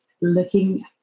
looking